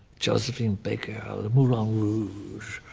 josephine baker. the moulin rouge.